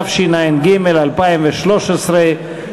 התשע"ג 2013,